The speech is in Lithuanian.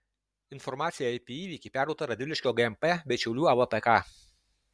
informacija apie įvykį perduota radviliškio gmp bei šiaulių avpk